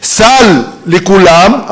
סל לכולם,